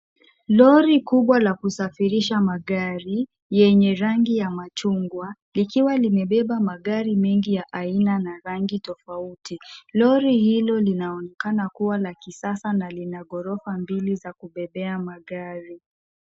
Lori kubwa la kusafirisha magari yenye rangi ya machungwa likiwa limebeba magari mengi ya aina na rangi tofauti. Lori hilo linaonekana kuwa la kisasa na lina ghorofa mbili za kubebea magari.